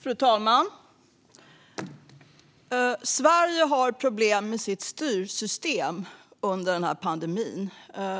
Fru talman! Sverige har problem med sitt styrsystem under den här pandemin.